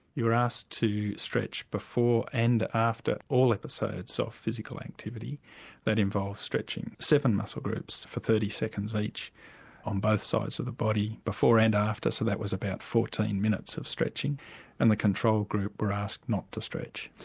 you were asked to stretch before and after all episodes so of physical activity that involved stretching seven muscle groups for thirty seconds each on both sides of the body before and after. so that was about fourteen minutes of stretching and the control group were asked not to stretch.